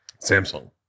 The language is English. samsung